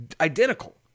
identical